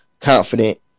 confident